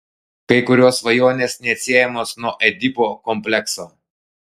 kai kurios svajonės neatsiejamos nuo edipo komplekso